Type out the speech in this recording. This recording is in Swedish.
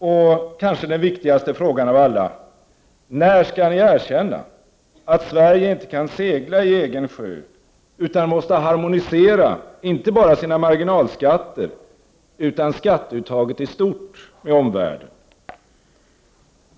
Den kanske viktigaste frågan av alla är: När skall ni erkänna att Sverige inte kan segla i egen sjö utan måste harmonisera inte bara sina marginalskatter utan skatteuttaget i stort med omvärlden?